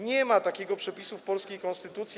Nie ma takiego przepisu w polskiej konstytucji.